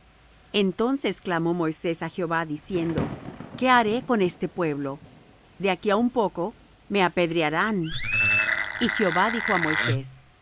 entonces clamó moisés á jehová diciendo qué haré con este pueblo de aquí á un poco me apedrearán y jehová dijo á moisés